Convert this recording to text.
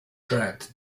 dragged